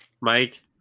Mike